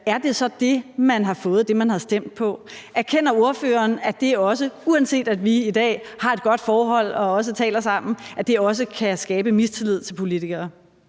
parti, har man så fået det, man har stemt på? Erkender ordføreren, at det også, uanset at vi i dag har et godt forhold og også taler sammen, kan skabe mistillid til politikere?